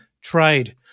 trade